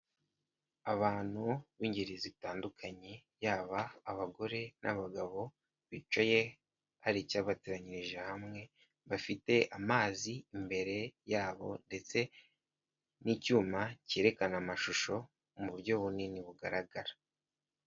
Abantu b'ingeri zitandukanye yaba abagore n'abagabo bicaye hari icyabateranyirije hamwe bafite amazi imbere yabo ndetse n'icyuma cyerekana amashusho mu buryo bunini bugaragara.